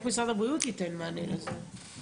איך משרד הבריאות ייתן מענה לזה.